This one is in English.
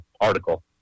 article